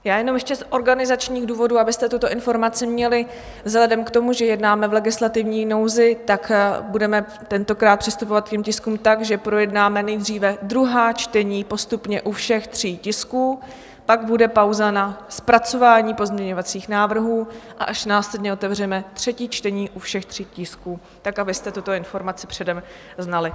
Já jenom ještě z organizačních důvodů, abyste tuto informaci měli, vzhledem k tomu, že jednáme v legislativní nouzi, tak budeme tentokrát přistupovat k těm tiskům tak, že projednáme nejdříve druhá čtení postupně u všech tří tisků, pak bude pauza na zpracování pozměňovacích návrhů a až následně otevřeme třetí čtení u všech tří tisků, tak abyste tuto informaci předem znali.